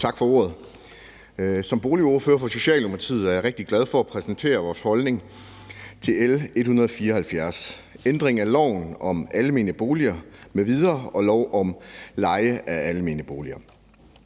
Tak for ordet. Som boligordfører for Socialdemokratiet er jeg rigtig glad for at præsentere vores holdning til L 174 om ændring af lov om almene boliger m.v. og lov om leje af almene boliger.